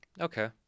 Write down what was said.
Okay